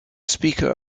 speaker